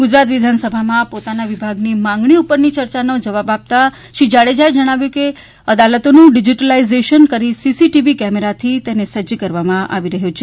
ગુજરાત વિધાનસભામાં પોતાના વિભાગની માગણીઓ ઉપરની ચર્ચાનો જવાબ આપતાં શ્રી જાડેજાએ જણાવ્યું હતુ કે કોર્ટોનું ડીજીટાઇઝેશન કરીને સીસીટીવી કેમરાથી સજ્જ કરવામાં આવી રહી છે